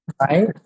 right